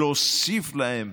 להוסיף להם